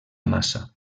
massa